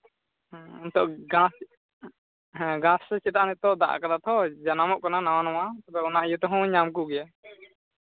ᱦᱮᱸ ᱱᱤᱛᱚᱜ ᱜᱷᱟᱥ ᱦᱮᱸ ᱜᱷᱟᱥ ᱥᱮ ᱪᱮᱫᱟᱜ ᱱᱤᱛᱚᱜ ᱫᱟᱜ ᱠᱟᱫᱟ ᱛᱷᱚ ᱡᱟᱱᱟᱢᱚᱜ ᱠᱟᱱᱟ ᱱᱟᱣᱟ ᱱᱟᱣᱟ ᱟᱫᱚ ᱚᱱᱟ ᱤᱭᱟᱹ ᱛᱮᱦᱚᱸ ᱧᱟᱢ ᱠᱚᱜᱮᱭᱟ